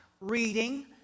reading